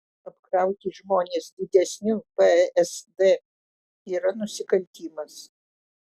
apkrauti žmones didesniu psd yra nusikaltimas